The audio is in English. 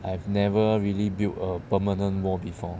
I have never really build a permanent wall before